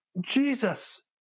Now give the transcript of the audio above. Jesus